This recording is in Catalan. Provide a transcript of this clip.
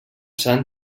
sant